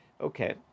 Okay